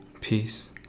Peace